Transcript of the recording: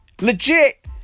Legit